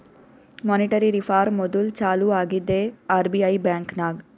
monetary reform module ಚಾಲೂ ಆಗಿದ್ದೆ RBI ಬ್ಯಾಂಕ್ನಾಗ್